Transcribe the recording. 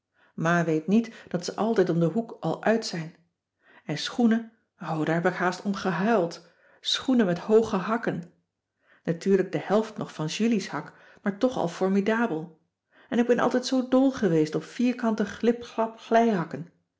ma weet niet dat ze altijd om den hoek al uit zijn en schoenen o daar heb ik haast om gehuild schoenen met hooge hakken natuurlijk de helft nog van julies hak maar toch al formidabel en ik ben altijd zoo dol geweest op vierkante glip glap glijhakken